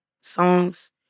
songs